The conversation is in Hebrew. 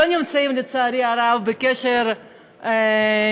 לא נמצאים, לצערי הרב, בקשר יומיומי.